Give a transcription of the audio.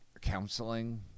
counseling